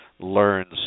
learns